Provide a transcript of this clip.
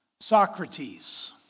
Socrates